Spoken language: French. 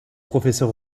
professeur